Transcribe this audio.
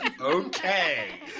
okay